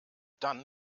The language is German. dann